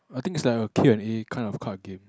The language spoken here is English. I think it's like a Q and A kind of card game